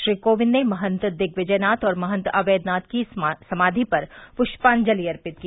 श्री कोविंद ने महंत दिग्विजयनाथ और महंत अवैद्यनाथ की समावि पर पुष्पाजलि अर्पित की